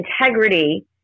integrity